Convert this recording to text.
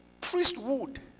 priesthood